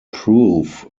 proof